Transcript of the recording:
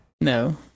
No